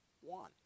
one